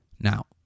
now